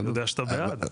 אני יודע שאתה בעד.